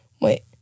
Wait